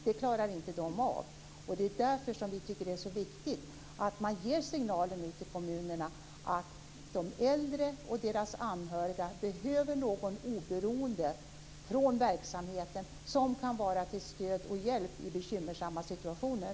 Det klarar de inte av. Det är därför vi tycker att det är så viktigt att man ger signalen till kommunerna att de äldre och deras anhöriga behöver någon oberoende från verksamheten som kan vara till stöd och hjälp i bekymmersamma situationer.